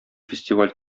фестиваль